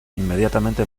inmediatamente